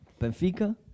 Benfica